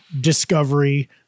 Discovery